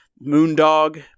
Moondog